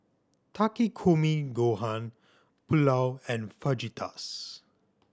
Takikomi Gohan Pulao and Fajitas